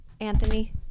Anthony